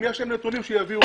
אם יש להם נתונים, שיביאו.